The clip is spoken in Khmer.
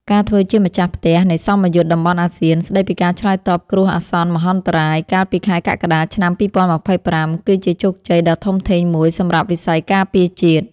ការធ្វើជាម្ចាស់ផ្ទះ នៃសមយុទ្ធតំបន់អាស៊ានស្តីពីការឆ្លើយតបគ្រោះអាសន្នមហន្តរាយ កាលពីខែកក្កដា ឆ្នាំ ២០២៥ គឺជាជោគជ័យដ៏ធំធេងមួយសម្រាប់វិស័យការពារជាតិ។